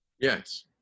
Yes